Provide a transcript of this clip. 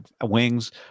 wings